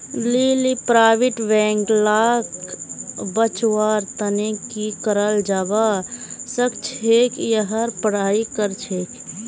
लीली private bank लाक बचव्वार तने की कराल जाबा सखछेक यहार पढ़ाई करछेक